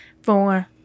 Four